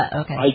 okay